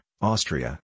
Austria